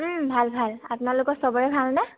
ভাল ভাল আপোনালোকৰ সবৰে ভালনে